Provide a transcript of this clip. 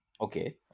okay